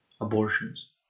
Abortions